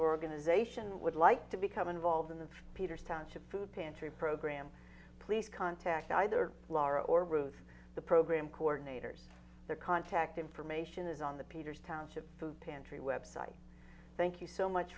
organization would like to become involved in the peters township food pantry program please contact either laurie or ruth the program coordinators their contact information is on the peters township food pantry website thank you so much